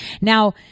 Now